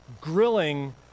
grilling